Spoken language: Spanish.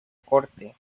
corte